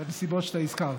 בנסיבות שאתה הזכרת.